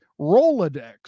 Rolodex